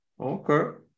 okay